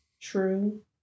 True